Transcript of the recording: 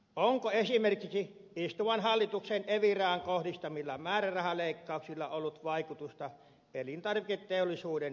onko esimerkiksi istuvan hallituksen eviraan kohdistamilla määrärahaleikkauksilla ollut vaikutusta elintarviketurvallisuuden heikkenemiseen